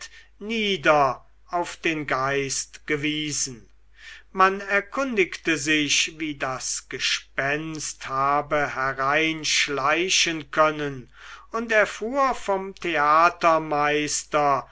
nieder auf den geist gewiesen man erkundigte sich wie das gespenst habe herein schleichen können und erfuhr vom